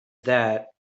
that